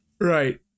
right